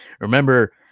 remember